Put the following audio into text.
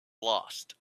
lost